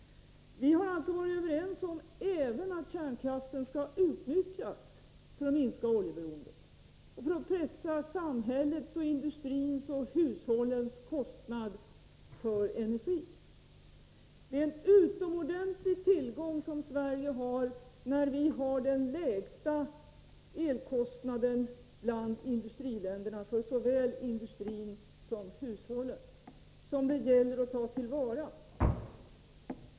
Vi har alltså även varit överens om att kärnkraften skall utnyttjas för att minska oljeberoendet och för att pressa samhällets, industrins och hushållens kostnader för energi. Det är en utomordentlig tillgång för Sverige att vi har den lägsta elkostnaden bland industriländerna för såväl industrin som hushållen — en tillgång som det gäller att ta till vara.